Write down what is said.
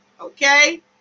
Okay